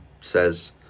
says